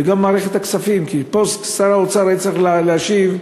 וגם מערכת הכספים, כי פה שר האוצר היה צריך להשיב,